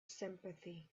sympathy